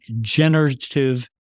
generative